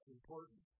important